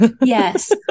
Yes